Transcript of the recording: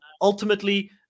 ultimately